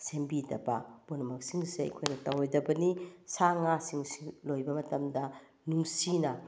ꯁꯦꯝꯕꯤꯗꯕ ꯄꯨꯝꯅꯃꯛꯁꯤꯡꯁꯦ ꯑꯩꯈꯣꯏꯅ ꯇꯧꯔꯣꯏꯗꯕꯅꯤ ꯁꯥ ꯉꯥꯁꯤꯡꯁꯤ ꯂꯣꯏꯕ ꯃꯇꯝꯗ ꯅꯨꯡꯁꯤꯅ